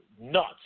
nuts